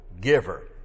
giver